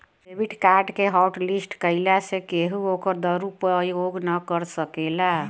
debit card के हॉटलिस्ट कईला से केहू ओकर दुरूपयोग ना कर सकेला